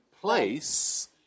place